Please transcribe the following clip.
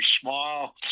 smile